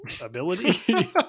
ability